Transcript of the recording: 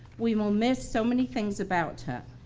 we will miss so many things about her.